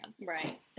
Right